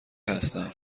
هستم